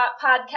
podcast